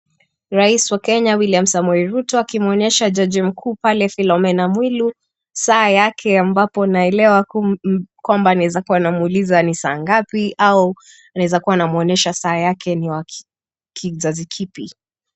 Rais wa Kenya William Samoei Ruto akimwonyesha jaji mkuu pale Philomea mwilu saa yake ambapo naelewa kwamba anawezakua anamuuliza ni saa ngapi au anaweza kuwa anamwonyesha saa yake ni wa kizazi kipi.